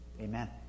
Amen